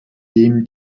dem